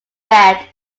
bed